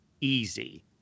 easy